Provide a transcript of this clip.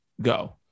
Go